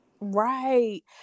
Right